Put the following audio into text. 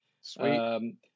Sweet